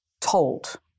told